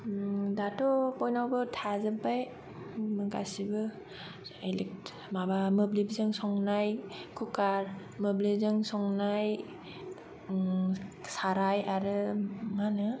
दाथ' बयनावबो थाजोबबाय गासिबो इलिख माबा मोब्लिब जों संनाय कुकार मोब्लिबजों संनाय साराइ आरो मा होनो